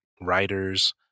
writers